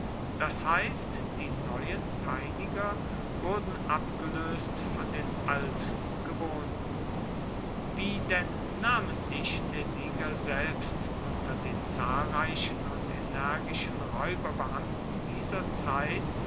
das heißt die neuen peiniger wurden abgelöst von den altgewohnten wie denn namentlich der sieger selbst unter den zahlreichen und energischen räuberbeamten dieser zeit